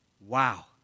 wow